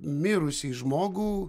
mirusį žmogų